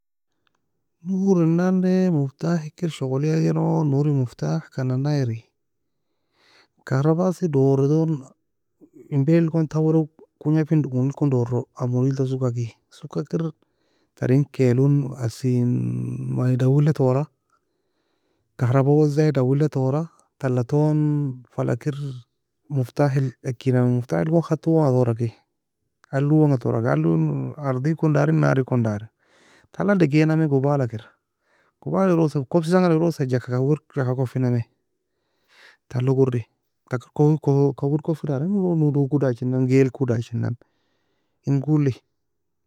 نور en nan nae مفتاح hikir shogolaiنور مفتاح kanai na eri كهرباء asii doro tone en بلد gon taue log konga fin oni kon doro amoudi elton soka key soka kir tern kelon asii mani dawela tora كهرباء wezaaie tala tone fla kir مفتاح el akir nami مفتاح elgon خط owo anga toura ki Aliy owo enga toura kir aliy ارضي ekon dary نار ekon dary tala daegi nami gubala kirosa kobsi tanga jaka kawir jaka kuffi nami talogon ouri taka kon kawir kuffa darin. Nolo go dachina, gail ko dachina, engo eli